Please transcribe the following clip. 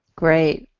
great,